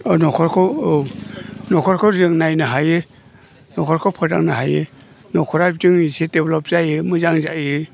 बा न'खरखौ औ न'खरखौ जों नायनो हायो न'खरखौ फोथांनो हायो न'खरा बिदिजों एसे डेभेलप जायो मोजां जायो